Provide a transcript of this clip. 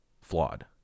flawed